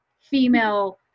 female